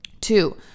Two